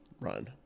run